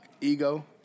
ego